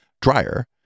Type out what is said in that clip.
dryer